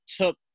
took